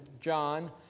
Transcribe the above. John